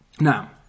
Now